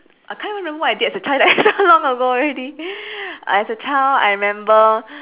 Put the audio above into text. I can't even remember what I did as a child leh so long ago already as a child I remember